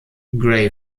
gray